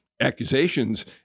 accusations